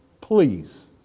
Please